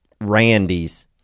Randys